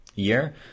year